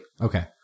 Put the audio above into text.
Okay